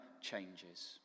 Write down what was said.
changes